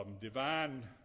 divine